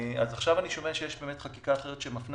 אז עכשיו אני שומע שיש חקיקה אחרת שמפנה